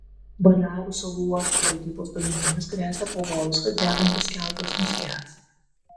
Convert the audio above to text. balearų salų uostų valdybos duomenimis gresia pavojus kad degantis keltas nuskęs